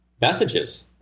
messages